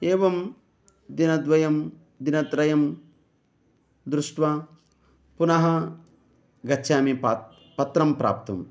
एवं दिनद्वयं दिनत्रयं दृष्ट्वा पुनः गच्छामि पत्रं पत्रं प्राप्तुं